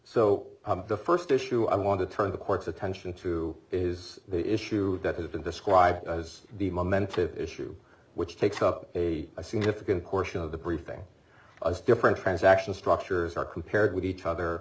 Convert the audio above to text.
so the first issue i want to turn the court's attention to is the issue that has been described as the momentous issue which takes up a significant portion of the briefing as different transaction structures are compared with each other